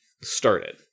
started